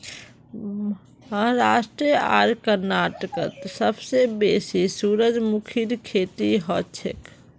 महाराष्ट्र आर कर्नाटकत सबसे बेसी सूरजमुखीर खेती हछेक